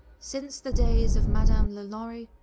since the days of madame lalaurie,